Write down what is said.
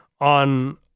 on